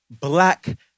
black